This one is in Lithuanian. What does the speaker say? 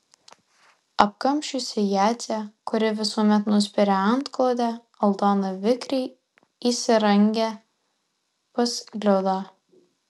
apkamšiusi jadzę kuri visuomet nuspiria antklodę aldona vikriai įsirangę pas liudą